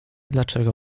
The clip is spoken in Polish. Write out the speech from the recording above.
dlaczego